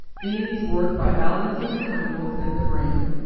these work by balancing the chemicals in the brain.